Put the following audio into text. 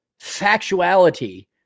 factuality